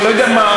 או לא יודע מה.